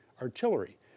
artillery